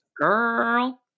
Girl